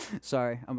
Sorry